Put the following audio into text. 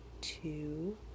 two